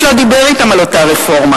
איש לא דיבר אתם על אותה רפורמה,